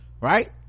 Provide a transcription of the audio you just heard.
right